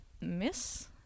miss